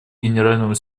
генеральному